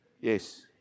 Yes